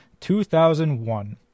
2001